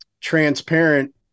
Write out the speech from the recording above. transparent